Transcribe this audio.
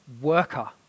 worker